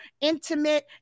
intimate